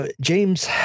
James